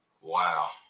Wow